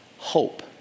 Hope